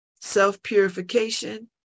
self-purification